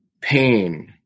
pain